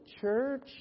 church